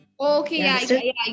Okay